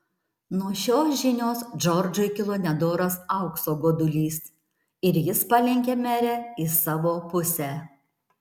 nuo šios žinios džordžui kilo nedoras aukso godulys ir jis palenkė merę į savo pusę